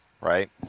right